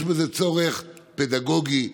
יש בזה צורך פדגוגי,